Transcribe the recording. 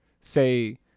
Say